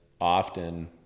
often